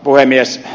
puhemies